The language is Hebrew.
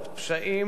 פשעים,